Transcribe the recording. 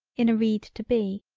in a reed to be.